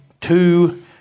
two